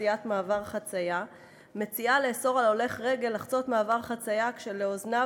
חציית מעבר חציה מציעה לאסור על הולך רגל לחצות מעבר חציה כשלאוזניו